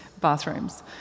bathrooms